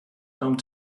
home